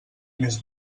més